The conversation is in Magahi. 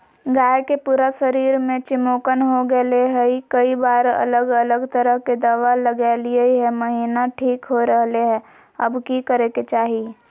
गाय के पूरा शरीर में चिमोकन हो गेलै है, कई बार अलग अलग तरह के दवा ल्गैलिए है महिना ठीक हो रहले है, अब की करे के चाही?